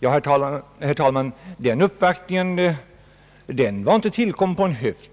Ja, herr talman, den uppvaktningen hade inte tillkommit på en höft.